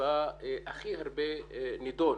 שבה הכי הרבה נידון